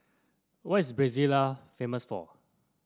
what is Brasilia famous for